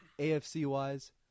AFC-wise